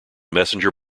messenger